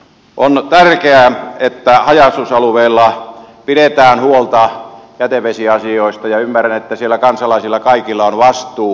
on tärkeää että haja asutusalueilla pidetään huolta jätevesiasioista ja ymmärrän että siellä kaikilla kansalaisilla on vastuu